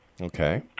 Okay